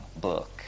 book